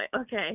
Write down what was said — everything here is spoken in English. okay